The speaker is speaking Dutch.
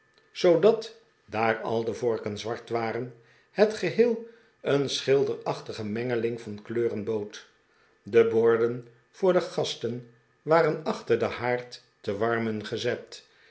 zoodat daar al de vorken zwart waren het geheel een schilderachtige mengeling van kleuren bood de borden voor de gasten waren achter den haard te warmen gezetj